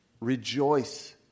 rejoice